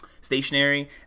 stationary